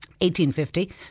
1850